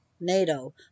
NATO